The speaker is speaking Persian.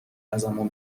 ازمون